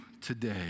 today